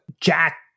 Jack